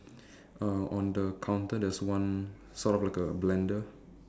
uh on the counter there's one sort of like a blender